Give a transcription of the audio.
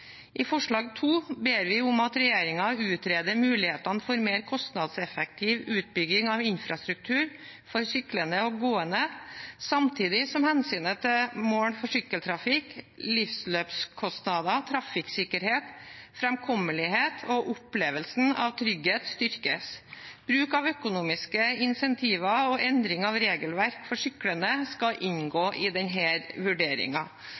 Forslag nr. 2: «Stortinget ber regjeringen utrede mulighetene for mer kostnadseffektiv utbygging av infrastruktur for syklende og gående samtidig som hensynet til mål for sykkeltrafikk, livsløpskostnader, trafikksikkerhet, fremkommelighet og opplevelsen av trygghet styrkes. Bruk av økonomiske insentiver og endring av regelverk for syklende skal